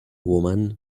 woman